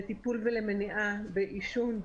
לטיפול ולמניעה בעישון,